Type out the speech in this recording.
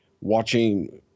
watching